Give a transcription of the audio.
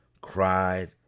cried